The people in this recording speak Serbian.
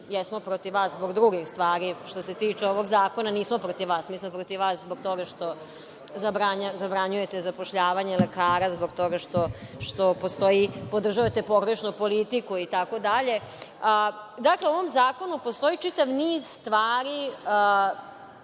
Jesmo protiv vas zbog drugih stvari. Što se tiče ovog zakona, nismo protiv vas. Protiv vas smo zbog toga što zabranjujete zapošljavanje lekara, što podržavate pogrešnu politiku itd. Dakle, u ovom zakonu postoji čitav niz stvari